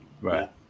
right